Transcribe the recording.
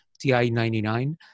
TI-99